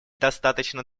достаточно